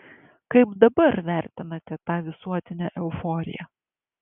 kaip dabar vertinate tą visuotinę euforiją